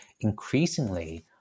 increasingly